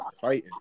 fighting